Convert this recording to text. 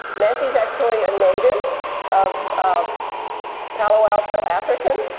nancy is actually a native of of palo alto atherton.